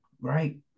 right